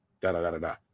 da-da-da-da-da